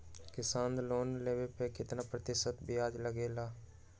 किसान लोन लेने पर कितना प्रतिशत ब्याज लगेगा?